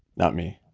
not me.